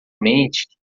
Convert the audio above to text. mente